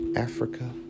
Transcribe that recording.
Africa